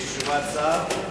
יש תשובת שר?